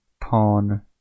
Pawn